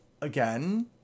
Again